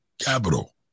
capital